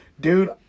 dude